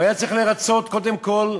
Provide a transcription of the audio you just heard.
הוא היה צריך לרַצות, קודם כול,